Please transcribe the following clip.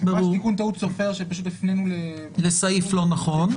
טעות סופר שהפנינו לסעיף לא נכון.